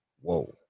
whoa